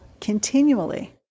continually